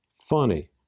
funny